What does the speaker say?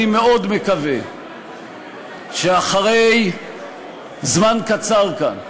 אני מאוד מקווה שאחרי זמן קצר כאן,